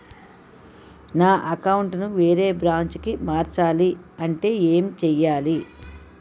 నా అకౌంట్ ను వేరే బ్రాంచ్ కి మార్చాలి అంటే ఎం చేయాలి?